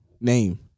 Name